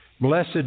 Blessed